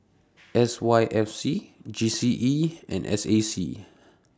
S Y F C G C E and S A C